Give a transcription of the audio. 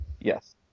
Yes